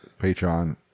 Patreon